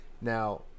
Now